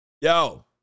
Yo